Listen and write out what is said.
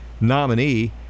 nominee